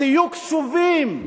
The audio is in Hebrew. תהיו קשובים.